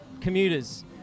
commuters